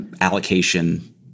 allocation